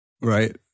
Right